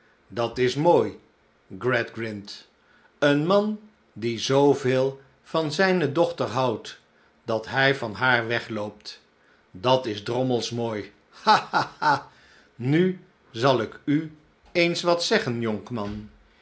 dat is mooi gradgrind een man die zooveel van zn'ne dochter houdt dat hij van haar wegloopt dat is drommels mooi ha ha nu zal ik u eens wat zeggen